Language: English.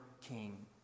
king